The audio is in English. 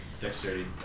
Dexterity